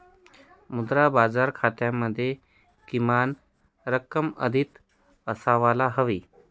मुद्रा बाजार खात्यामध्ये किमान रक्कम अधिक असायला हवी